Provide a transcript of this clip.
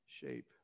shape